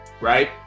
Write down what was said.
right